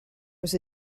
was